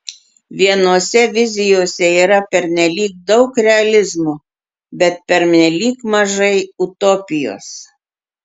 vienose vizijose yra pernelyg daug realizmo bet pernelyg mažai utopijos